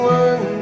one